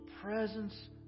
presence